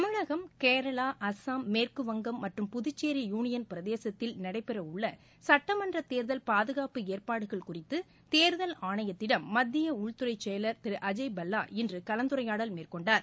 தமிழகம் கேரளா அசாம் மேற்கு வங்கம் மற்றும் புதுச்சேரி யூனியன் பிரதேசத்தில் நடைபெற உள்ள சுட்டமன்றத் தேர்தல் பாதுகாப்பு ஏற்பாடுகள் குறித்து தேர்தல் ஆணையத்திடம் மத்திய உள்துறை செயலர் திரு அஜய் பல்லா இன்று கலந்துரையாடல் மேற்கொண்டார்